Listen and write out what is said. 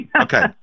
Okay